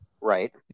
Right